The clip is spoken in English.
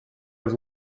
was